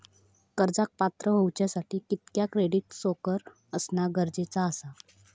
कर्जाक पात्र होवच्यासाठी कितक्या क्रेडिट स्कोअर असणा गरजेचा आसा?